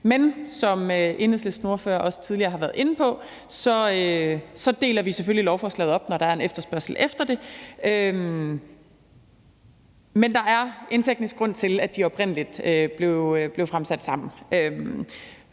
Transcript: Men som Enhedslistens ordfører også tidligere har været inde på, deler vi selvfølgelig lovforslaget op, når der er en efterspørgsel efter det. Men der er en teknisk grund til, at de oprindelig blev fremsat sammen.